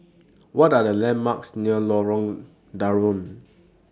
What Are The landmarks near Lorong Danau